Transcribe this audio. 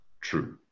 true